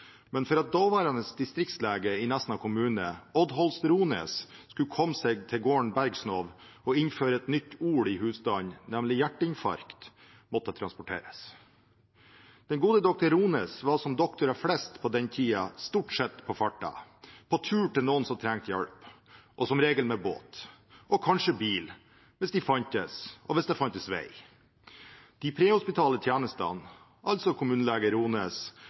Men for at daværende distriktslege i Nesna kommune, Odd Holst-Roness, skulle komme seg til gården Bergsnov og innføre et nytt ord i husstanden, nemlig «hjerteinfarkt», måtte han transporteres. Den gode doktor Holst-Roness var, som doktorer flest på den tiden, stort sett på farten, på vei til noen som trengte hjelp, som regel med båt og kanskje med bil, hvis de fantes, og hvis det fantes vei. De prehospitale tjenestene, altså